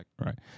Right